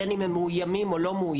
בין אם הם מאוימים או לא מאוימים,